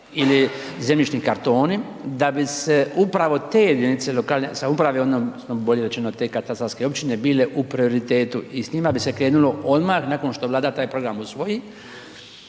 ili zemljišni kartoni da bi se upravo te jedinice lokalne samouprave odnosno bolje rečeno te katastarske općine, bile u prioritetu i s njima bi se krenulo odmah nakon što Vlada taj program usvoji